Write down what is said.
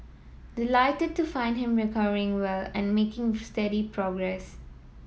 delighted to find him recovering well and making steady progress